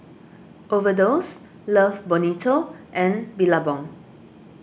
Overdose Love Bonito and Billabong